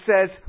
says